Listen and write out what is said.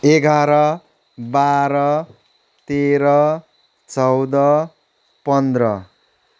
एघार बाह्र तेह्र चौध पन्ध्र